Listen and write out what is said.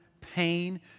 pain